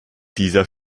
dieser